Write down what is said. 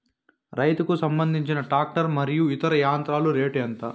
రైతుకు సంబంధించిన టాక్టర్ మరియు ఇతర యంత్రాల రేటు ఎంత?